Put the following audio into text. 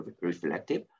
reflective